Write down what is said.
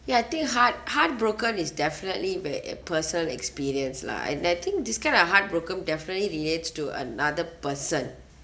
ya I think heart heartbroken is definitely where a person experience lah and I think this kind of heartbroken definitely relates to another person